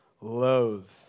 loathe